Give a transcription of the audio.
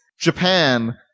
Japan